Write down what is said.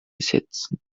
setzen